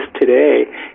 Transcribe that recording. today